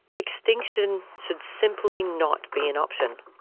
extinction should simply not be an option.